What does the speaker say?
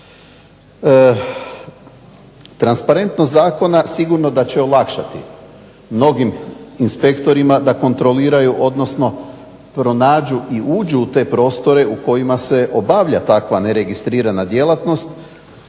Transparentnost zakona sigurno da će olakšati mnogim inspektorima da kontroliraju, odnosno pronađu i uđu u te prostore u kojima se obavlja takva neregistrirana djelatnost,